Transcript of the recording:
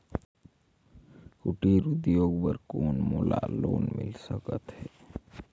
कुटीर उद्योग बर कौन मोला लोन मिल सकत हे?